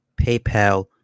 PayPal